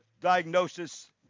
diagnosis